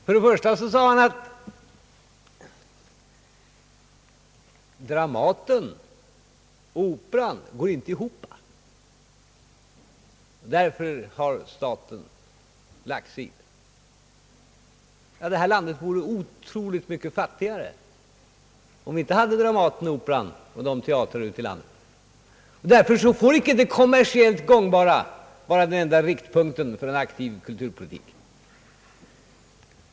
För det första sade han att Dramaten och Operan inte går ekonomiskt ihop, och därför har staten lagt sig i. Ja, det här landet vore otroligt mycket fattigare om vi inte hade Dramaten och Operan och teatrar ute i landet. Därför får icke det kommersiellt gångbara vara den enda riktpunkten för en aktiv kulturpolitik.